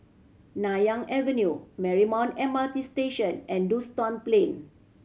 Nanyang Avenue Marymount M R T Station and Duxton Plain